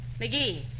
McGee